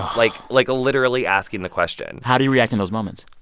like, like literally asking the question how do you react in those moments?